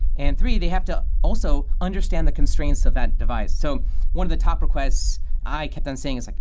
and three, they have to also understand the constraints of that device so one of the top requests i kept on saying is, like